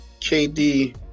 KD